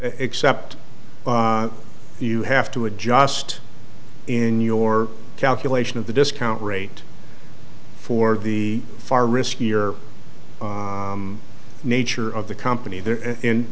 except you have to adjust in your calculation of the discount rate for the far riskier nature of the company they're in